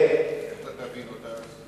אתה תבין אותה?